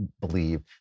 believe